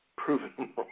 proven